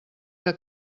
que